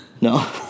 No